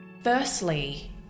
Firstly